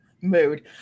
Mood